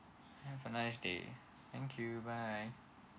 have a nice day thank you bye